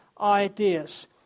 ideas